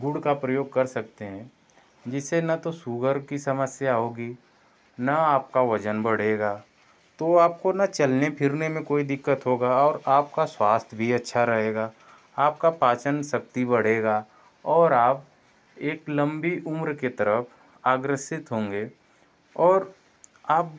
गुड़ का प्रयोग कर सकते हैं जिससे न तो सुगर की समस्या होगी न आपका वजन बढ़ेगा तो आपको न चलने फिरने में कोई दिक्कत होगा और आपका स्वास्थय भी अच्छा रहेगा आपका पाचन शक्ति बढ़ेगा और आप एक लम्बी उम्र के तरफ अग्रसित होंगे और अब